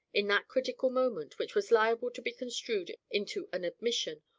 in that critical moment, which was liable to be construed into an admission,